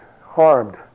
harmed